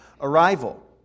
arrival